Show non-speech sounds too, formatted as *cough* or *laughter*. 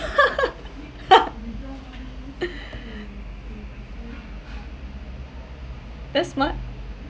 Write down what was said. *laughs* that's smart